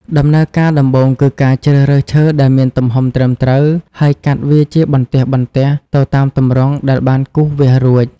ដំណើរការដំបូងគឺការជ្រើសរើសឈើដែលមានទំហំត្រឹមត្រូវ ហើយកាត់វាជាបន្ទះៗទៅតាមទម្រង់ដែលបានគូសវាសរួច។